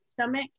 stomach